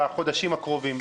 בחודשים הקרובים.